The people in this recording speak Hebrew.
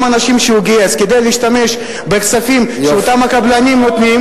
אנשים שהוא גייס כדי להשתמש בכספים שאותם הקבלנים נותנים,